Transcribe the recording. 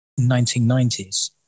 1990s